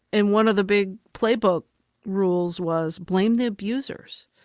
and one of the big playbook rules was blame the abusers,